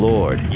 Lord